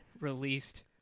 released